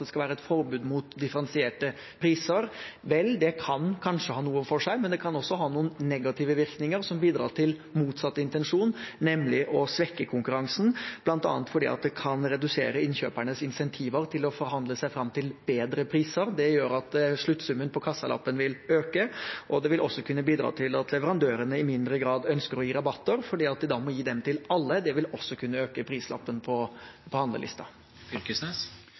det f.eks. skal være et forbud mot differensierte priser. Vel, det kan kanskje ha noe for seg, men det kan også ha noen negative virkninger som bidrar til motsatt intensjon, nemlig å svekke konkurransen, bl.a. fordi det kan redusere innkjøpernes insentiver til å forhandle seg fram til bedre priser. Det gjør at sluttsummen på kassalappen vil øke, og det vil også kunne bidra til at leverandørene i mindre grad ønsker å gi rabatter fordi de da må gi dem til alle. Det vil også kunne øke prislappen på